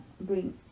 bring